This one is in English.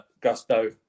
Gusto